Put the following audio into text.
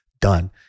done